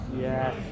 Yes